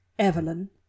evelyn